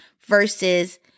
versus